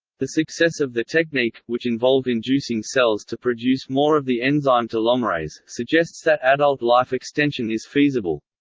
the success of the technique, which involved inducing cells to produce more of the enzyme telomerase, suggests that adult life extension is feasible.